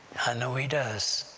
i know he does.